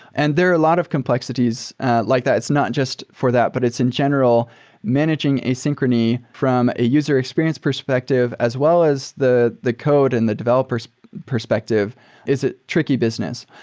and there are a lot of complexities like that. it's not just for that, but it's in general managing asynchrony from a user experience perspective as well as the the code and the developer s perspective is tricky business.